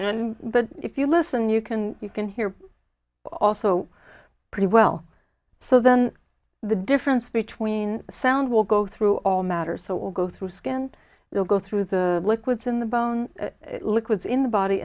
and but if you listen you can you can hear also pretty well so then the difference between the sound will go through all matter so it will go through skin will go through the liquids in the bone liquids in the body